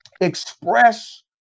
express